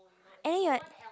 and then you are